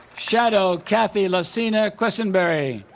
shadow kathy lacina quesinberry